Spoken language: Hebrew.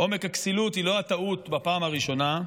עומק הכסילות הוא לא הטעות בפעם הראשונה,